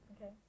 Okay